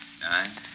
nine